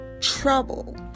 trouble